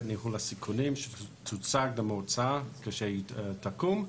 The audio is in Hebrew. ניהול הסיכונים שתוצג למועצה כשהיא תקום,